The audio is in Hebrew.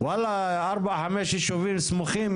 שוואלה ארבע או חמש ישובים סמוכים,